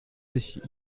sich